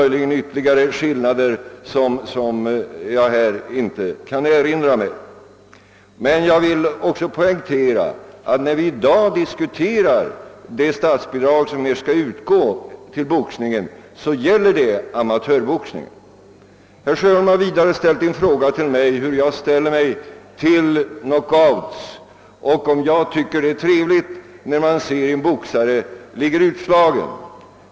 Det finns ytterligare några skillnader som jag emellertid inte här skall ingå på. Jag vill bara poängtera att när vi i dag diskuterar statsbidraget till boxningen, så gäller det amatörboxningen. Vidare frågade herr Sjöholm hur jag ställer mig till knockouten och om jag tycker det är trevligt att se en boxare ligga utslagen.